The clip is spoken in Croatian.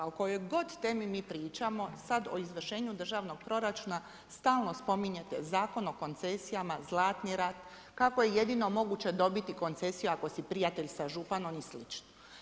O kojoj god temi mi pričamo, sad od izvršenju državnog proračuna, stalno spominjete Zakon o koncesijama, Zlatni rat, kako je jedino moguće dobiti koncesiju ako si prijatelj sa županom i slično.